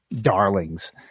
darlings